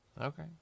Okay